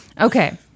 Okay